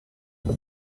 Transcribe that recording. take